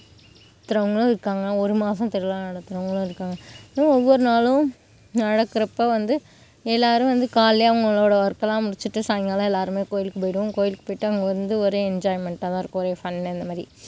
நடத்துறவங்களும் இருக்காங்க ஒரு மாசம் திருவிழா நடத்துறவங்களும் இருக்காங்க ஒவ்வொரு நாளும் நடக்கிறப்ப வந்து எல்லோரும் வந்து காலைலயே அவங்களோட ஒர்க்லாம் முடிச்சுட்டு சாயங்காலம் எல்லோருமே கோயிலுக்கு போய்டுவோம் கோயிலுக்கு போய்ட்டு அங்கே வந்து ஒரே என்ஜாய்மெண்ட்டாதான் இருக்கும் ஒரே ஃபன்னு இந்தமாதிரி